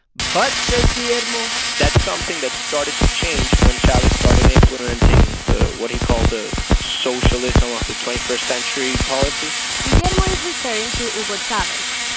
but, says guillermo. that's something that started to change when chavez started implementing what he called socialism of the twenty first century policies guillermo is referring to hugo chavez,